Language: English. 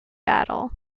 battle